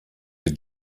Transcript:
your